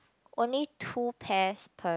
only two pairs per